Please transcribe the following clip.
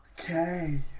Okay